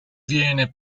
viene